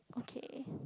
okay